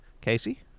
Casey